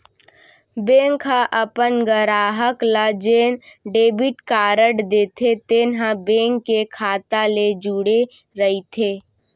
bank ह अपन गराहक ल जेन डेबिट कारड देथे तेन ह बेंक के खाता ले जुड़े रइथे